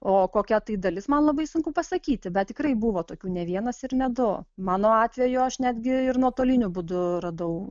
o kokia tai dalis man labai sunku pasakyti bet tikrai buvo tokių ne vienas ir ne du mano atveju aš netgi ir nuotoliniu būdu radau